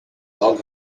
log